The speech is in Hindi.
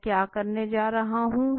मैं क्या करने जा रहा हूँ